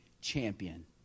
champion